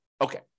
Okay